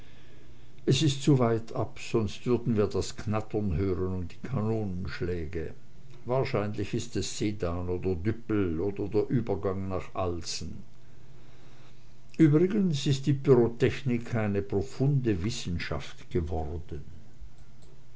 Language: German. es ist zu weit ab sonst würden wir das knattern hören und die kanonenschläge wahrscheinlich ist es sedan oder düppel oder der übergang nach alsen übrigens ist die pyrotechnik eine profunde wissenschaft geworden